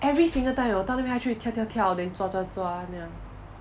every single time you know 到那边它就会跳跳跳 then 抓抓抓那样